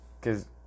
cause